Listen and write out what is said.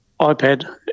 iPad